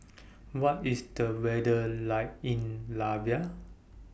What IS The weather like in Latvia